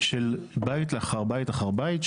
של בי לאחר בית לאחר בית,